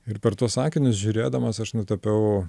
ir per tuos akinius žiūrėdamas aš nutapiau